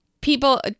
people